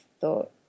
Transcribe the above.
thought